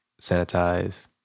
Sanitize